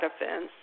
offense